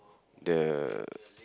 the